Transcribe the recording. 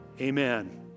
Amen